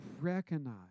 recognize